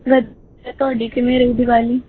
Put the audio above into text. ਵਧ ਤੁਹਾਡੀ ਕਿਵੇਂ ਰਹੀ ਦੀਵਾਲੀ